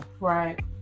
right